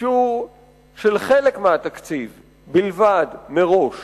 אישור של חלק מהתקציב בלבד מראש